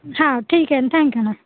हां ठीक आहे थँक्यू ना